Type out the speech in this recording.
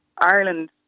ireland